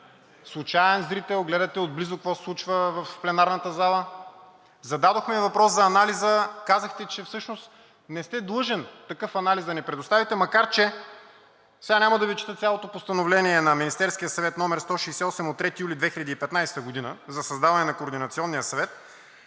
случаен зрител, гледате отблизо какво се случва в пленарната зала. Зададохме въпрос за анализа, а казахте, че всъщност не сте длъжен такъв анализ да ни предоставите. Сега няма да Ви чета цялото Постановление № 168 на Министерския съвет от 3 юли 2015 г. – за създаване на координационния съвет,